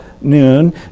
noon